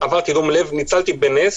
עברתי דום לב, ניצלתי בנס.